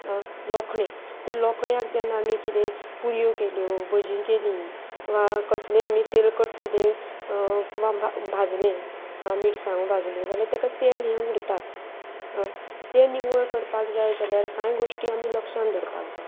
लोखणे ते लोखण्याक जेन्ना आमी किदें पुळयो केल्यो भजी केली वा कसलें आमी तेलकट किदें वा भाजलें मिरसांगो भाजल्यो जाल्यार तेका तेल हें उरताच तें निवळ करपाक जाय जाल्यार कांय गोश्टी आमी लक्षान दवरपाक जाय